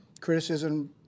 Criticism